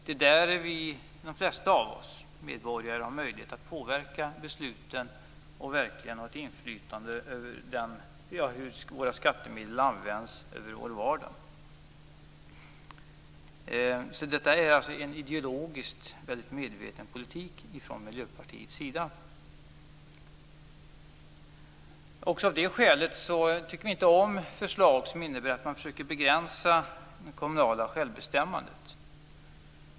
Det är där de flesta av oss medborgare har möjlighet att påverka besluten och verkligen ha ett inflytande över hur våra skattemedel används, över vår vardag. Detta är alltså en ideologiskt väldigt medveten politik från Miljöpartiets sida.